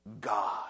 God